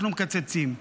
אנחנו מקצצים.